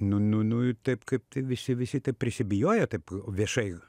nu nu nu taip kaip tai visi visi prisibijojo taip viešai